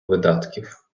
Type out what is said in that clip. видатків